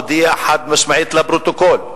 הודיע חד-משמעית לפרוטוקול,